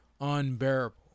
unbearable